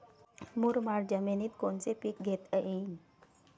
मुरमाड जमिनीत कोनचे पीकं घेता येईन?